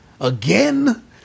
again